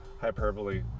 hyperbole